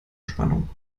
spannung